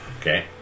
Okay